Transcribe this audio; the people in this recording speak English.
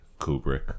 Kubrick